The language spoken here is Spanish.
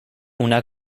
una